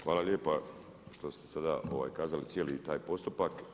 Hvala lijepa što ste sada kazali cijeli taj postupak.